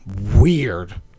weird